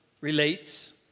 relates